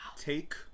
Take